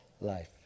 life